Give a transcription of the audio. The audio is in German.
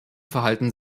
verhalten